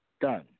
Done